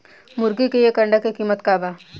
मुर्गी के एक अंडा के कीमत का बा?